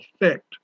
effect